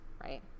right